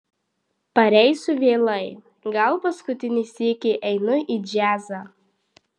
pareisiu vėlai gal paskutinį sykį einu į džiazą